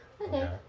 Okay